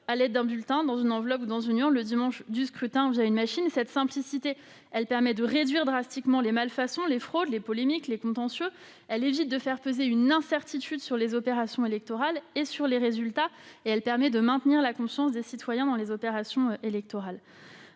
à l'aide d'un bulletin placé dans une enveloppe, puis dans une urne, le dimanche du scrutin ou une machine. Cette simplicité permet de réduire de manière draconienne les malfaçons, les fraudes, les polémiques, les contentieux, évite de faire peser une incertitude sur les opérations électorales et sur les résultats et permet de maintenir la confiance des citoyens dans les opérations électorales.